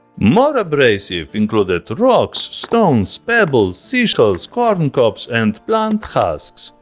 more abrasive included rocks, stones, pebbles, seashells, corncobs, and plant husks.